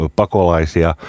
pakolaisia